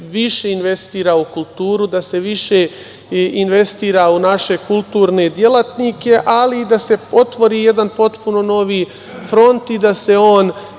da se više investira u kulturu, da se više investira u naše kulturne delatnike, ali i da se otvori jedan potpuno novi front i da se on